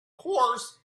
course